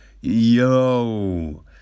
yo